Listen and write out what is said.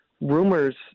rumors